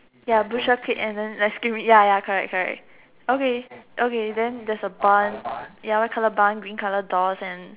ya bushes clip and then like screaming ya ya correct correct okay okay then there's a bun ya white colour bun green colour doors and